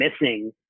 missing